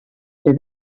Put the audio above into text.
ser